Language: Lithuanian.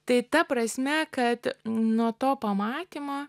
tai ta prasme kad nuo to pamatymo